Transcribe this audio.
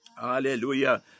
Hallelujah